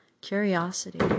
Curiosity